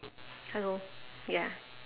hello ya